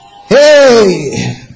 Hey